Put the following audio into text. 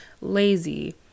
lazy